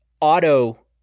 auto